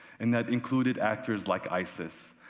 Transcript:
and that included acttors like isis.